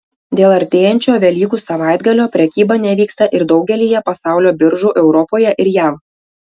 dėl artėjančio velykų savaitgalio prekyba nevyksta ir daugelyje pasaulio biržų europoje ir jav